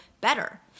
better